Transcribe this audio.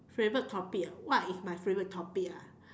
favorite topic ah what is my favorite topic ah